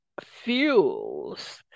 fuels